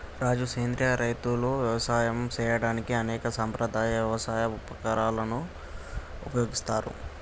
రాజు సెంద్రియ రైతులు యవసాయం సేయడానికి అనేక సాంప్రదాయ యవసాయ ఉపకరణాలను ఉపయోగిస్తారు